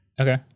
Okay